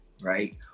Right